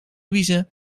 wiezen